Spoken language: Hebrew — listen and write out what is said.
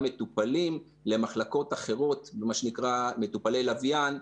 מטופלים למחלקות אחרות במה שנקרא מטופלי לוויין,